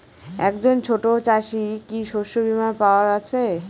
একজন ছোট চাষি কি শস্যবিমার পাওয়ার আছে?